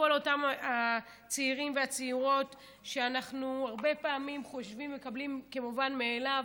לכל אותם צעירים וצעירות שאנחנו הרבה פעמים מקבלים כמובן מאליו,